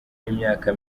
y’imyaka